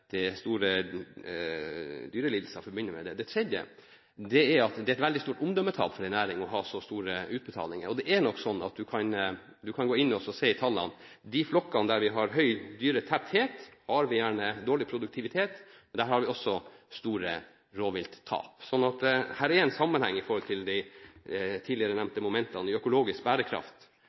er store dyrelidelser forbundet med det og det tredje er at det er et veldig stort omdømmetap for en næring å ha så store utbetalinger. Det er nok sånn at en kan gå inn og se på tallene. De flokkene der vi har høy dyretetthet, har vi gjerne dårlig produktivitet, og der har vi også store rovvilttap. Så det er en sammenheng mellom de tidligere nevnte momentene i økologisk bærekraft